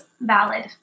valid